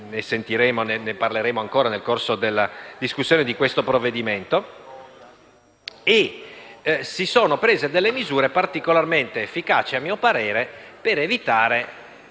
ne parleremo ancora nel corso della discussione del provvedimento. Si sono dunque prese delle misure particolarmente efficaci, a mio parere, per evitare